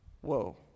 whoa